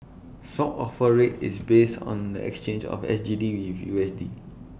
swap offer rate is based on the exchange of S G D with U S D